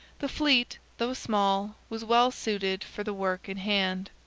the fleet, though small, was well suited for the work in hand.